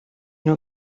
nur